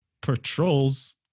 patrols